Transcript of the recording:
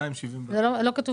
זה לא כתוב